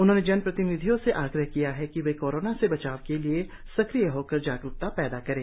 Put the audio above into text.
उन्होंने जन प्रतिनिधियों से आग्रह किया है कि वे कोरोना से बचाव के लिए सक्रिय होकर जागरुकता पैदा करें